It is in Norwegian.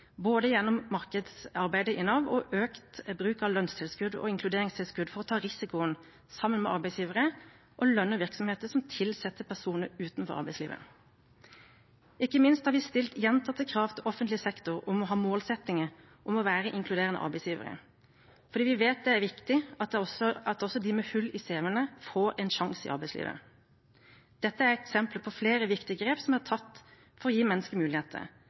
både gjennom markedsarbeidet i Nav og økt bruk av lønnstilskudd og inkluderingstilskudd, for å ta risikoen sammen med arbeidsgivere og lønne virksomheter som tilsetter personer utenfor arbeidslivet. Ikke minst har vi stilt gjentatte krav til offentlig sektor om å ha målsettinger om å være inkluderende arbeidsgivere, fordi vi vet det er viktig at også de med hull i CV-ene får en sjanse i arbeidslivet. Dette er eksempler på flere viktige grep som er tatt for å gi mennesker muligheter.